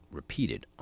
repeated